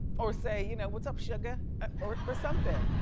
or say you know what's up suga or something.